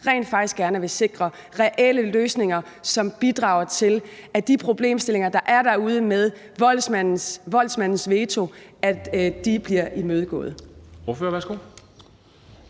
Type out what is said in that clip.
rent faktisk og gerne vil sikre reelle løsninger, som bidrager til, at de problemstillinger, der er derude med voldsmandens veto, bliver imødegået?